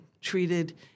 treated